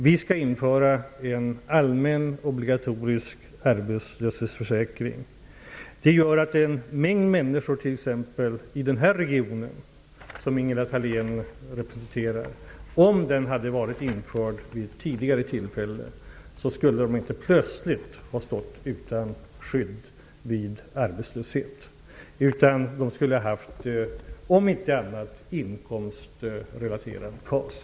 Vi skall införa en allmän obligatorisk arbetslöshetsförsäkring, vilket gör att många människor i den här regionen -- som Ingela Thalén representerar -- skulle inte plötsligt ha stått utan skydd vid arbetslöshet, om den obligatoriska försäkringen hade införts tidigare. De skulle då ha haft inkomstrelaterat KAS.